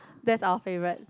that's our favourite